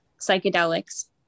psychedelics